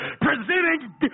presenting